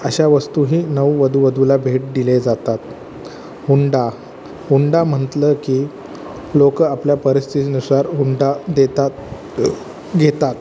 अशा वस्तूही नववधू वधूला भेट दिले जातात हुंडा हुंडा म्हतलं की लोक आपल्या परिस्थितीनुसार हुंडा देतात घेतात